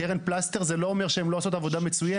קרן, פלסטר זה לא אומר שהן לא עושות עבודה מסוימת.